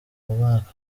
mwaka